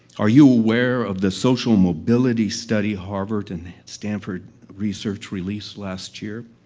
are you aware of the social mobility study harvard and stanford research released last year?